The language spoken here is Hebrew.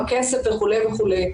הכסף וכו' וכו'.